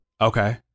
Okay